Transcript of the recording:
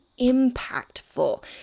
impactful